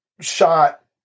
shot